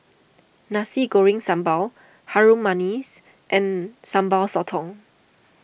Nasi Goreng Sambal Harum Manis and Sambal Sotong